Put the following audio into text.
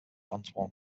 antoine